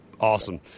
Awesome